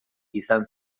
izan